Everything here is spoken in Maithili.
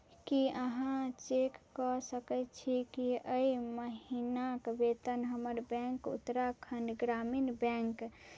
की अहाँ चेक कऽ सकय छी कि अइ महीनाक वेतन हमर बैंक उत्तराखण्ड ग्रामिण बैंक